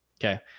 okay